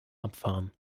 abfahren